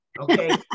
okay